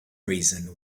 reason